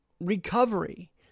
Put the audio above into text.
recovery